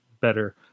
better